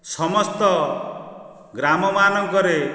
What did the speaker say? ସମସ୍ତ ଗ୍ରାମମାନଙ୍କରେ